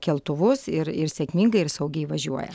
keltuvus ir ir sėkmingai ir saugiai važiuoja